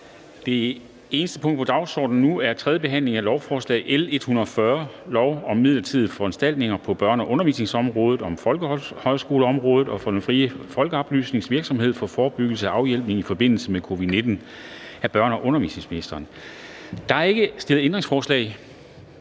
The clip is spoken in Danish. Det første punkt på dagsordenen er: 1) 3. behandling af lovforslag nr. L 140: Forslag til lov om midlertidige foranstaltninger på børne- og undervisningsområdet og folkehøjskoleområdet og for den frie folkeoplysende virksomhed til forebyggelse og afhjælpning i forbindelse med covid-19. Af børne- og undervisningsministeren (Pernille Rosenkrantz-Theil).